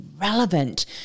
relevant